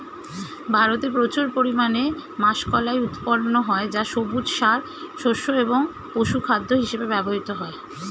ভারতে প্রচুর পরিমাণে মাষকলাই উৎপন্ন হয় যা সবুজ সার, শস্য এবং পশুখাদ্য হিসেবে ব্যবহৃত হয়